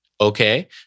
Okay